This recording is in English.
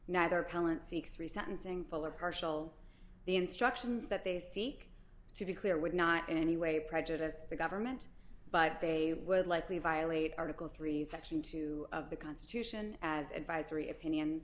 resentencing full or partial the instructions that they seek to be clear would not in any way prejudiced the government but they would likely violate article three section two of the constitution as advisory opinions